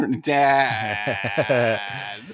Dad